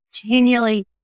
continually